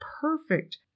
perfect